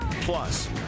Plus